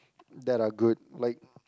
that are good like